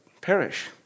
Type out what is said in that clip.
perish